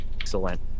Excellent